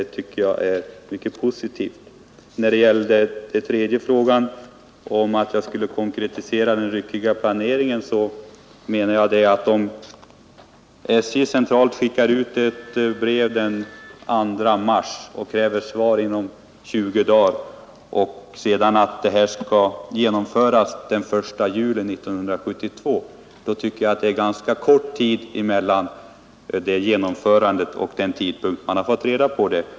Vad beträffar den tredje frågan om att jag skulle konkretisera mitt tal om den ryckiga planeringen, så menar jag att om SJ centralt skickar ut ett brev den 2 mars och kräver svar inom 20 dagar och säger att det hela skall genomföras den 1 juli 1972, så är det ganska kort tid mellan genomförandet och den tidpunkt man har fått reda på det.